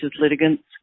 litigants